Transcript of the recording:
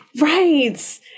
Right